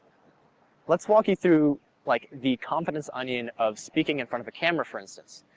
let's walk you through like the confidence onion of speaking in front of a camera for instance.